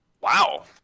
Wow